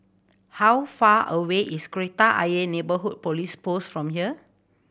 how far away is Kreta Ayer Neighbourhood Police Post from here